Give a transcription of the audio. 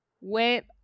went